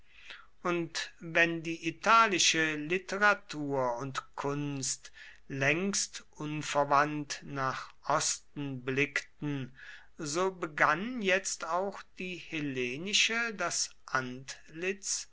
und wenn die italische literatur und kunst längst unverwandt nach osten blickten so begann jetzt auch die hellenische das antlitz